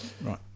Right